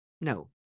no